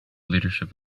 leadership